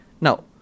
Now